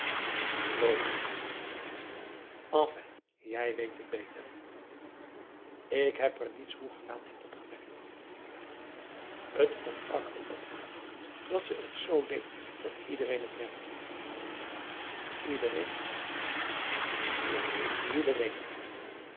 loop heen enfin jij weet het beter ik heb er niets hoegenaamd van opgemerkt t ontbrak er ook maar aan dat ze het z deed dat iedereen het merkte iedereen ja iedereen